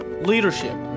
leadership